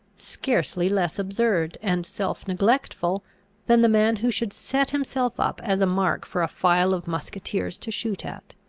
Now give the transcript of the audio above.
scarcely less absurd and self-neglectful than the man who should set himself up as a mark for a file of musqueteers to shoot at.